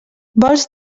vols